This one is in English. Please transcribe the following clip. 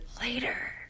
later